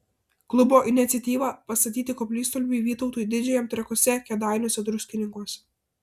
klubo iniciatyva pastatyti koplytstulpiai vytautui didžiajam trakuose kėdainiuose druskininkuose